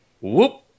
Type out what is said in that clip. Whoop